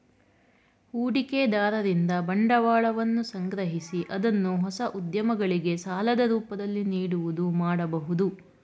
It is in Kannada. ಹೂಡಿಕೆದಾರರಿಂದ ಬಂಡವಾಳವನ್ನು ಸಂಗ್ರಹಿಸಿ ಅದನ್ನು ಹೊಸ ಉದ್ಯಮಗಳಿಗೆ ಸಾಲದ ರೂಪದಲ್ಲಿ ನೀಡುವುದು ಮಾಡಬಹುದು